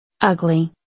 ugly